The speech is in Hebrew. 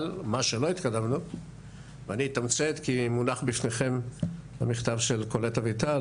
מה שלא התקדמנו ואני אתמצת כי מונח לפניכם המכתב של קולט אביטל,